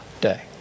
day